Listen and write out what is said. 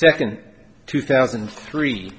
second two thousand and three